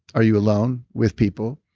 are you alone, with people?